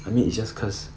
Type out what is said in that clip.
I mean it's just cause